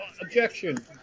Objection